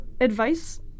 advice